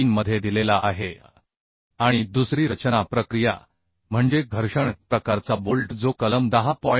3 मध्ये दिलेला आहेः आणि दुसरी रचना प्रक्रिया म्हणजे घर्षण प्रकारचा बोल्ट जो कलम 10